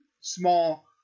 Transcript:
small